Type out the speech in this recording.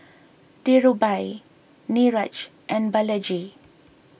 Dhirubhai Niraj and Balaji